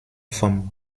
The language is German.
vom